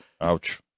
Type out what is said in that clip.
Ouch